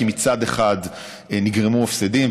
כי מצד אחד נגרמו הפסדים,